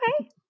Okay